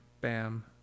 bam